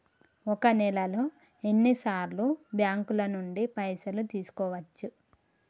ఒక నెలలో ఎన్ని సార్లు బ్యాంకుల నుండి పైసలు తీసుకోవచ్చు?